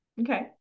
Okay